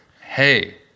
hey